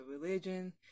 religion